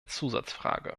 zusatzfrage